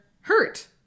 hurt